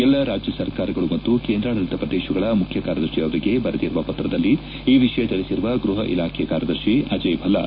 ಎಲ್ಲ ರಾಜ್ನ ಸರ್ಕಾರಗಳು ಮತ್ತು ಕೇಂದ್ರಾಡಳಿತ ಪ್ರದೇಶಗಳ ಮುಖ್ಯ ಕಾರ್ಯದರ್ಶಿ ಅವರಿಗೆ ಬರೆದಿರುವ ಪ್ರತದಲ್ಲಿ ಈ ವಿಷಯ ತಿಳಿಸಿರುವ ಗ್ಬಪ ಇಲಾಖೆ ಕಾರ್ಯದರ್ಶಿ ಅಜಯ್ ಭಲ್ಲಾ